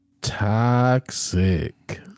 toxic